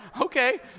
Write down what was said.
Okay